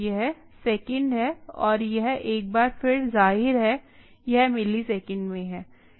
यह सेकंड है और यह एक बार फिर जाहिर है यह मिलीसेकंड में है